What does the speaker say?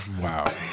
Wow